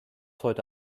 heute